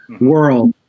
world